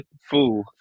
fool